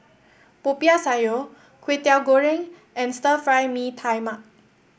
Popiah Sayur Kway Teow Goreng and Stir Fry Mee Tai Mak